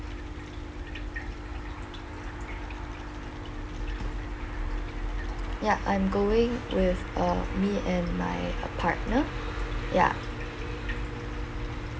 ya I'm going with uh me and my a partner ya